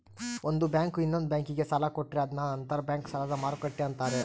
ಒಂದು ಬ್ಯಾಂಕು ಇನ್ನೊಂದ್ ಬ್ಯಾಂಕಿಗೆ ಸಾಲ ಕೊಟ್ರೆ ಅದನ್ನ ಅಂತರ್ ಬ್ಯಾಂಕ್ ಸಾಲದ ಮರುಕ್ಕಟ್ಟೆ ಅಂತಾರೆ